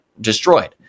destroyed